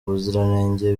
ubuziranenge